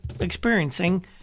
experiencing